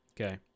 Okay